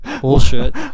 bullshit